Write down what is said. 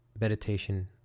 Meditation